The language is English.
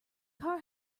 car